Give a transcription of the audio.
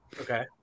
Okay